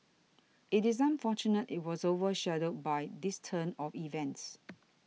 it is unfortunate it was over shadowed by this turn of events